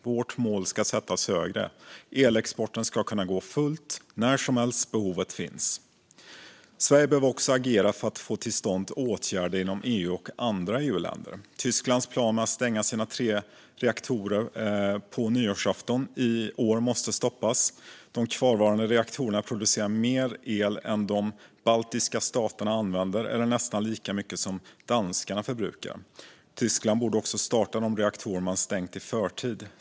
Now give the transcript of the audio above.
Vårt mål ska sättas högre. Elexporten ska kunna gå för fullt närhelst behovet finns. Sverige behöver också agera för att få till stånd åtgärder inom EU och i andra EU-länder. Tysklands plan att stänga sina tre reaktorer på nyårsafton i år måste stoppas. De kvarvarande reaktorerna producerar mer el än de baltiska staterna använder eller nästan lika mycket som danskarna förbrukar. Tyskland borde också starta de reaktorer man stängt i förtid.